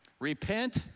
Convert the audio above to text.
Repent